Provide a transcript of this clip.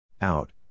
Out